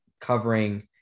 covering